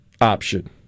option